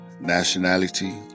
nationality